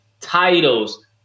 titles